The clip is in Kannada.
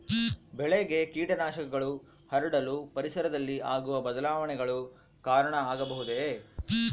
ಬೆಳೆಗೆ ಕೇಟನಾಶಕಗಳು ಹರಡಲು ಪರಿಸರದಲ್ಲಿ ಆಗುವ ಬದಲಾವಣೆಗಳು ಕಾರಣ ಆಗಬಹುದೇ?